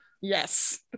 yes